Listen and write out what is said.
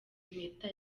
impeta